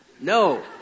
No